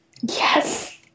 Yes